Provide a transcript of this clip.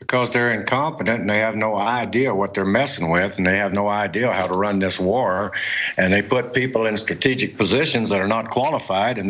because they're incompetent and i have no idea what they're messing with now have no idea how to run this war and they put people in strategic positions are not qualified and